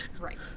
right